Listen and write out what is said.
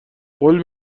قول